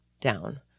down